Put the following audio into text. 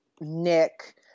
Nick